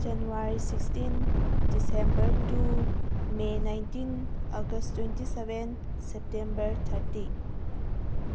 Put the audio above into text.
January sixteen December two may nineteen August twenty seven September thirty